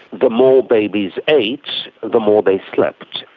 the more babies ate, the more they slept.